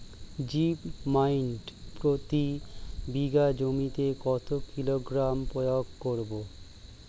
Zip মাইট প্রতি বিঘা জমিতে কত কিলোগ্রাম প্রয়োগ করব?